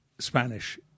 Spanish